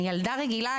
אני ילדה רגילה,